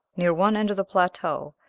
near one end of the plateau,